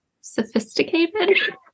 sophisticated